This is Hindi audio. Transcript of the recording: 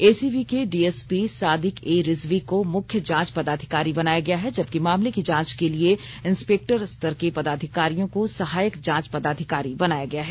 एसीबी के डीएसपी सादिक ए रिजवी को मुख्य जांच पदाधिकारी बनाया गया है जबकि मामले की जांच के लिए इंस्पेक्टर स्तर के पदाधिकारियों को सहायक जांच पदाधिकारी बनाया गया है